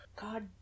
God